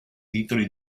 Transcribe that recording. titoli